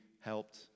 helped